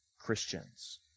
Christians